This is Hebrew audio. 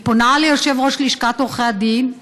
אני פונה ליושב-ראש לשכת עורכי הדין,